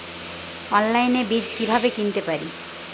অনলাইনে বীজ কীভাবে কিনতে পারি?